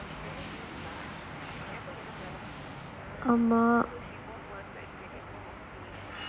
ஆமா:aamaa